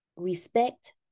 Respect